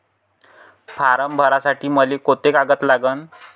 Form भरासाठी मले कोंते कागद लागन?